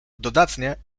dodatnie